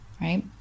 right